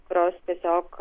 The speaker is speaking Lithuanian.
kurios tiesiog